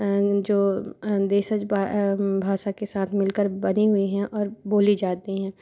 जो देशज भाषा के साथ मिल कर बनी हुई है और बोली जाती हैं